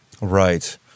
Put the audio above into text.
Right